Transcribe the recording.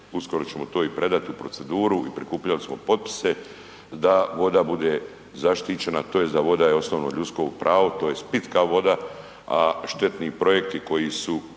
uskoro ćemo to i predat u proceduru i prikupljali smo potpise da voda bude zaštićena tj. da voda je osnovno ljudsko pravo tj. pitka voda, a štetni projekti koji su